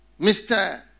Mr